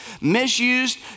misused